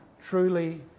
truly